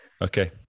Okay